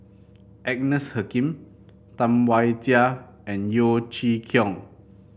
Agnes Joaquim Tam Wai Jia and Yeo Chee Kiong